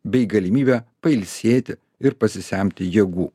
bei galimybę pailsėti ir pasisemti jėgų